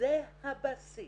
זה הבסיס